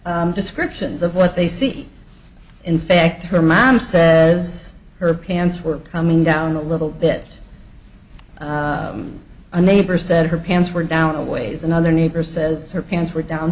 different descriptions of what they see in fact her mom says her pants were coming down a little bit a neighbor said her pants were down a ways and other neighbor says her pants were down